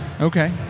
Okay